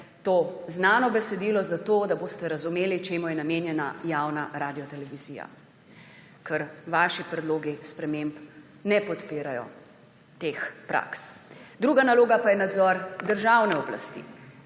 to znano besedilo zato, da boste razumeli, čemu je namenjena javna radiotelevizija, ker vaši predlogi sprememb ne podpirajo teh praks. Druga naloga pa je nadzor državne oblasti